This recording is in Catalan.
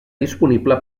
disponible